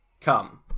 come